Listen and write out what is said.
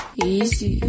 Easy